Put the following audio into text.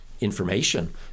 information